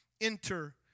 Enter